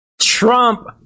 Trump